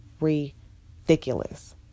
ridiculous